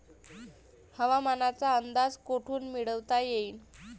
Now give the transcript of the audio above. हवामानाचा अंदाज कोठून मिळवता येईन?